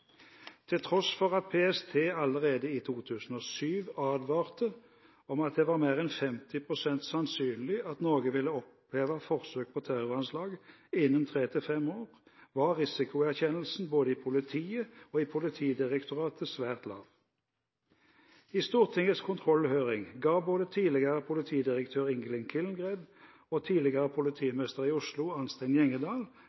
Til tross for at PST allerede i 2007 advarte om at det var mer enn 50 pst. sannsynlig at Norge ville oppleve forsøk på terroranslag innen tre til fem år, var risikoerkjennelsen både i politiet og i Politidirektoratet svært lav. I Stortingets kontrollhøring ga både tidligere politidirektør Ingelin Killengreen og tidligere